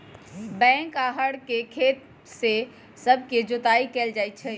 बैल आऽ हर से खेत सभके जोताइ कएल जाइ छइ